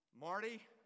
Marty